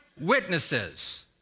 witnesses